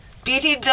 beauty